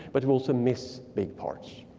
but we also missed big parts.